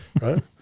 right